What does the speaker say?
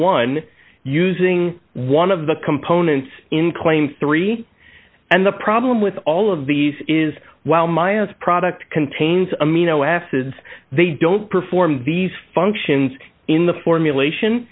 one using one of the components in claim three and the problem with all of these is while my us product contains amino acids they don't perform these functions in the formulation